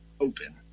open